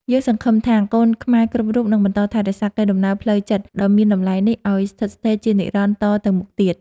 យើងសង្ឃឹមថាកូនខ្មែរគ្រប់រូបនឹងបន្តថែរក្សាកេរដំណែលផ្លូវចិត្តដ៏មានតម្លៃនេះឱ្យស្ថិតស្ថេរជានិរន្តរ៍តទៅមុខទៀត។